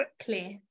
clear